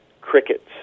crickets